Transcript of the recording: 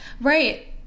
right